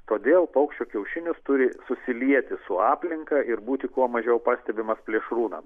todėl paukščio kiaušinis turi susilieti su aplinka ir būti kuo mažiau pastebimas plėšrūnams